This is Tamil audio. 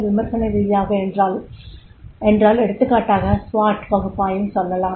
விமர்சன ரீதியாக என்றால் எடுத்துக்காட்டாக SWOT பகுப்பாய்வை சொல்லலாம்